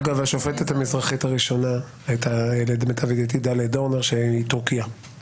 הפן המקצועי והגורמים המקצועיים כחלק אינטגרלי בשיקולים של